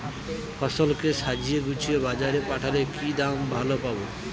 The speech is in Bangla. ফসল কে সাজিয়ে গুছিয়ে বাজারে পাঠালে কি দাম ভালো পাব?